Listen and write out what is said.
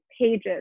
pages